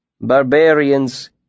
Barbarians